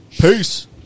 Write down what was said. Peace